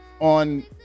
on